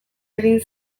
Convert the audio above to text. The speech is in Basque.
egin